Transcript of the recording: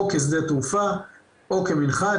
או כשדה תעופה או כמנחת,